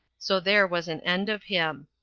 so there was an end of him.